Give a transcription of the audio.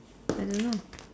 I don't know